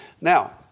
Now